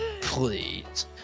Please